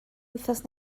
wythnos